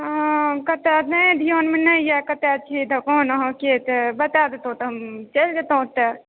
कतय नहि ध्यानमे नहि यए कतय छी दोकान अहाँके तऽ बता दैतहुँ तऽ हम चलि जैतहुँ ओतय